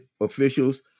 officials